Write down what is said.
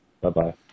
Bye-bye